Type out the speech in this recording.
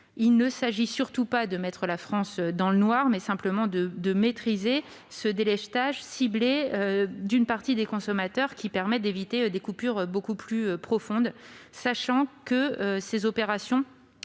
Il ne s'agit surtout pas de mettre la France dans le noir, mais bien de maîtriser le délestage ciblé d'une partie des consommateurs afin d'éviter des coupures beaucoup plus importantes. Ces opérations